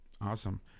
Awesome